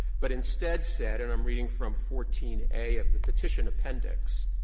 but instead said and i'm reading from fourteen a of the petition appendix.